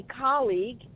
colleague